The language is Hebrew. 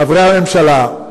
חברי הממשלה,